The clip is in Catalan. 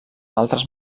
altres